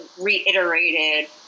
reiterated